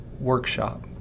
workshop